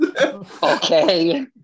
Okay